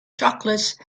chocolates